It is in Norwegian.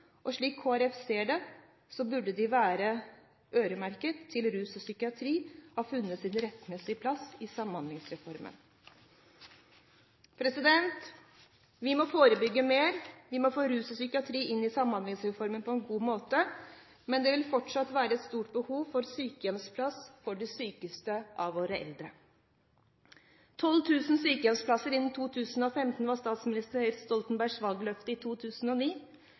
øremerket. Slik Kristelig Folkeparti ser det, burde disse midlene være øremerket inntil rus og psykiatri har funnet sin rettmessige plass i Samhandlingsreformen. Vi må forebygge mer, vi må få rus og psykiatri inn i Samhandlingsreformen på en god måte, men det vil fortsatt være et stort behov for sykehjemsplasser for de sykeste av våre eldre. 12 000 sykehjemsplasser innen 2015 var statsminister Jens Stoltenbergs valgløfte i 2009.